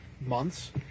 months